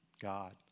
God